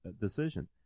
decision